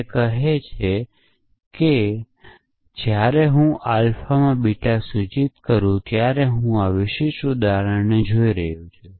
તે કહે છે કે જ્યારે હું આલ્ફામાં બીટા સૂચિત કરું છું ત્યારે હું આ વિશિષ્ટ ઉદાહરણને જોઈ રહ્યો છું